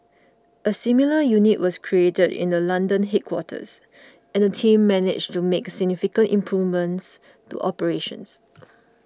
a similar unit was created in the London headquarters and the team managed to make significant improvements to operations